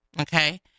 okay